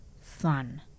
fun